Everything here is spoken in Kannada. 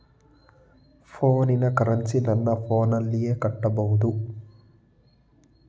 ಫೋನಿನ ಕರೆನ್ಸಿ ನನ್ನ ಫೋನಿನಲ್ಲೇ ಕಟ್ಟಬಹುದು?